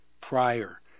prior